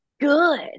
good